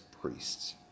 priests